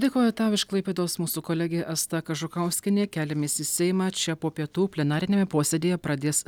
dėkoju tau iš klaipėdos mūsų kolegė asta kažukauskienė keliamės į seimą čia po pietų plenariniame posėdyje pradės